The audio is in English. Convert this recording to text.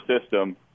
system